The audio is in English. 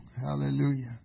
Hallelujah